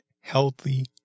healthy